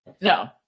No